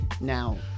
now